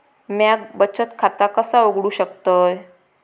म्या बचत खाता कसा उघडू शकतय?